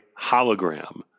Hologram